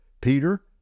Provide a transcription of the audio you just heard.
Peter